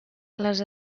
les